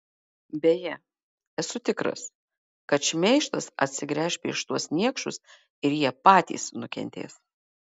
beje esu tikras kad šmeižtas atsigręš prieš tuos niekšus ir jie patys nukentės